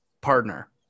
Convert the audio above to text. partner